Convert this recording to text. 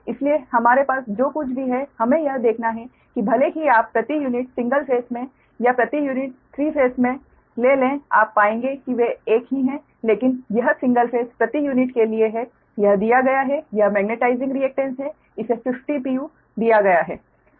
इसलिए हमारे पास जो कुछ भी है हमें यह देखना है कि भले ही आप प्रति यूनिट सिंगल फेस में या प्रति यूनिट तीन फेस में ले लें आप पाएंगे कि वे एक ही हैं लेकिन यह सिंगल फेस प्रति यूनिट के लिए है यह दिया गया है यह मैग्नेटाइजिंग रिएक्टेन्स है इसे 50 pu दिया गया है